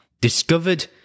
Discovered